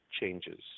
changes